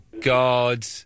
God